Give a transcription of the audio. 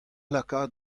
lakaat